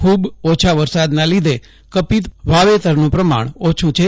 ખુબ ઓછા વરસાદના લીધે કપીત વાવેતરનું પ્રમાણ ઓછું છે